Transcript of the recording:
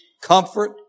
comfort